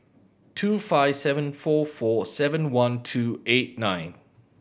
two five seven four four seven one two eight nine